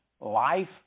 life